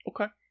Okay